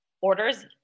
orders